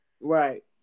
Right